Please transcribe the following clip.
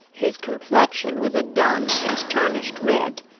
his complexion was a dun and tarnished red,